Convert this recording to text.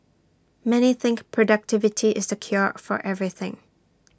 many think productivity is the cure for everything